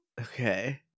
okay